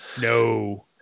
no